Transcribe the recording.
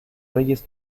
reyes